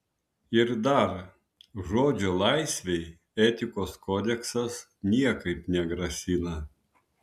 ir dar žodžio laisvei etikos kodeksas niekaip negrasina